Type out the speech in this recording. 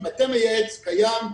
מטה מייעץ קיים,